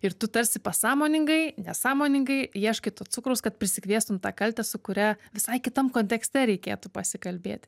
ir tu tarsi pasąmoningai nesąmoningai ieškai to cukraus kad prisikviestum tą kaltę su kuria visai kitam kontekste reikėtų pasikalbėti